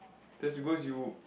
that's because you